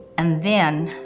and then